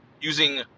using